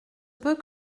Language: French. peut